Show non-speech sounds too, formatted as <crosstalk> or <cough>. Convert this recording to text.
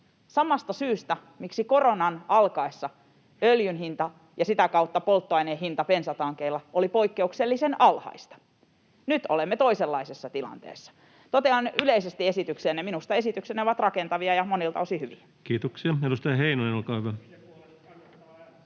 Samasta syystä, miksi koronan alkaessa öljyn hinta ja sitä kautta polttoaineen hinta bensatankeilla olivat poikkeuksellisen alhaisia. Nyt olemme toisenlaisessa tilanteessa. Totean yleisesti <noise> esityksiinne: minusta esityksenne ovat rakentavia ja monilta osin hyviä. [Ben Zyskowicz: Hyvä!